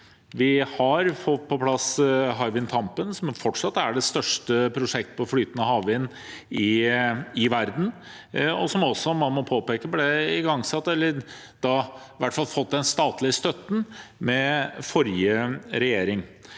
Vi har fått på plass Hywind Tampen, som fortsatt er det største prosjektet på flytende havvind i verden – og som man også må påpeke ble igangsatt, eller i hvert fall fikk statlig støtte, av forrige regjering.